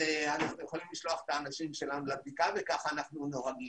אנחנו יכולים לשלוח את האנשים שלנו לבדיקה וכך אנחנו נוהגים.